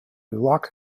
loch